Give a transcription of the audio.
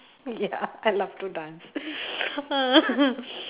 ya I love to dance